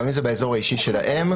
גם אם זה באזור האישי שלהם,